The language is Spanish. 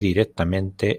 directamente